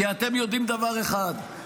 כי אתם יודעים דבר אחד,